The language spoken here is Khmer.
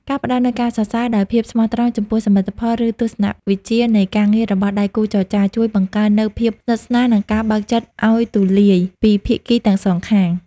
ការផ្តល់នូវការសរសើរដោយភាពស្មោះត្រង់ចំពោះសមិទ្ធផល ឬទស្សនវិជ្ជានៃការងាររបស់ដៃគូចរចា ជួយបង្កើននូវភាពស្និទ្ធស្នាល និងការបើកចិត្តឱ្យទូលាយពីភាគីទាំងសងខាង។